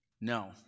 No